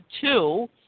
two